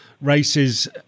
races